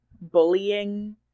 bullying